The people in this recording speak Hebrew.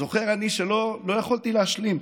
זוכר אני שלא לא יכולתי להשלים,